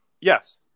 Yes